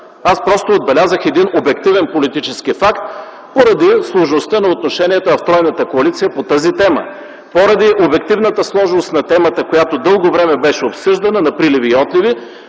Просто отбелязах един обективен политически факт поради сложността на отношенията в тройната коалиция по тази тема. Поради обективната сложност на темата, която дълго време беше обсъждана на приливи и отливи,